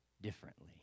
Differently